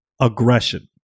aggression